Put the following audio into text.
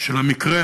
של המקרה,